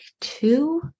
two